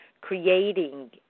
creating